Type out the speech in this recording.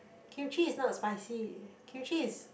Kimchi is not spicy Kimchi is